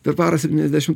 per parą septyniasdešimt